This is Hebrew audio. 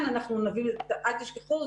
אל תשכחו,